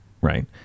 right